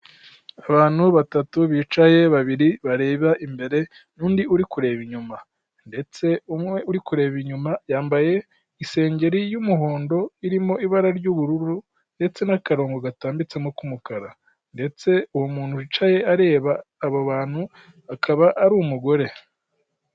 Abantu batatu bicaye, babiri bareba imbere undi uri kureba inyuma, ndetse umwe uri kureba inyuma yambaye isengeri y'umuhondo irimo ibara ry'ubururu ndetse n'akarongo gatambitsemo k'umukara ndetse uwo muntu wicaye areba abo bantu akaba ari umugore.